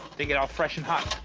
they get all fresh and hot.